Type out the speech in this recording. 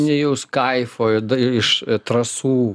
nejaus kaifo dar iš trasų